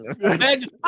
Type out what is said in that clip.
Imagine